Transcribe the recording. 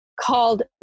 called